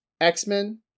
X-Men